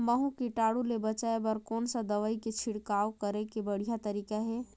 महू कीटाणु ले बचाय बर कोन सा दवाई के छिड़काव करे के बढ़िया तरीका हे?